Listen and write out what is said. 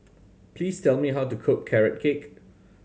please tell me how to cook Carrot Cake